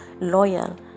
loyal